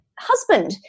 husband